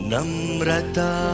Namrata